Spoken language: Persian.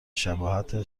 شباهت